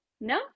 No